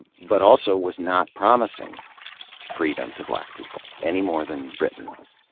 but also was not promising freedom to black people any more than britain was.